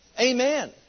Amen